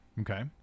Okay